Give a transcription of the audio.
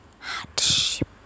hardship